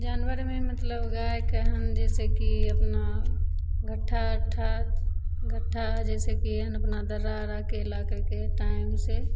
जानवरमे मतलब गाइके हम जइसेकि अपना घट्ठा उट्ठा जइसेकि आपने दर्रा उर्रा कएलाके टाइमसे